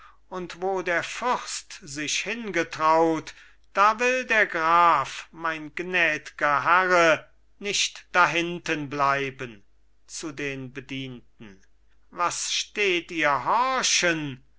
und wo der fürst sich hingetraut da will der graf mein gnädger herre nicht dahintenbleiben zu den bedienten was steht ihr horchen